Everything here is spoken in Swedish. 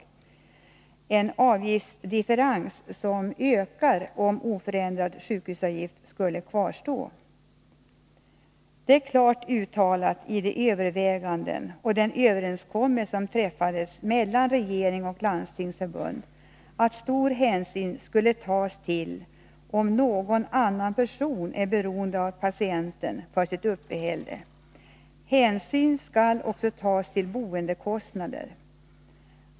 Det är en avgiftsdifferens som ökar om en oförändrad sjukhusavgift skulle kvarstå. I de överväganden och i den överenskommelse som träffats mellan regeringen och Landstingsförbundet uttalas klart att stor hänsyn skall tas till om någon annan person är beroende av patienten för sitt uppehälle. Hänsyn skall också tas till boendekostnader.